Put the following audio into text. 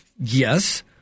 Yes